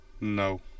No